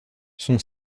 son